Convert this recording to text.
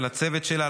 ולצוות שלה,